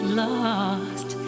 lost